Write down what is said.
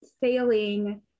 failing